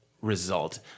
result